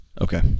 Okay